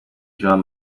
jean